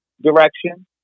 direction